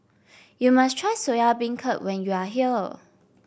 you must try Soya Beancurd when you are here